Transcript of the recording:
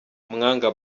mwanga